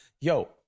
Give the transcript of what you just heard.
yo